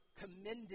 commended